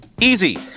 Easy